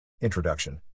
Introduction